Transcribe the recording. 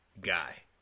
guy